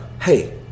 hey